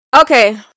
okay